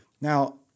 Now